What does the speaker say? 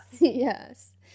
Yes